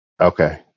Okay